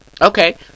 Okay